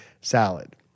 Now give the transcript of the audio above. salad